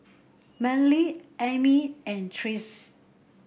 Manley Ami and Trace